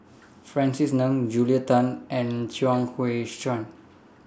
Francis Ng Julia Tan and Chuang Hui Tsuan